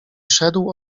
szedł